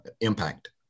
impact